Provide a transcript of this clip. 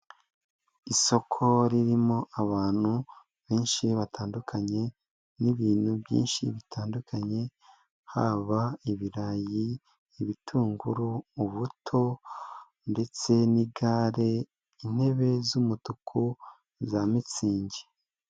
Isoko ririmo abantu benshi batandukanye n'ibintu byinshi bitandukanye, haba ibirayi, ibitunguru, ubuto ndetse n'igare, intebe z'umutuku za mitzingi.